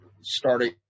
starting